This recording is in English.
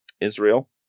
Israel